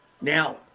Now